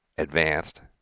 advanced,